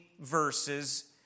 verses